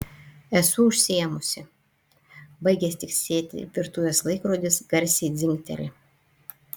esu užsiėmusi baigęs tiksėti virtuvės laikrodis garsiai dzingteli